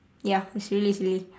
ya it's really silly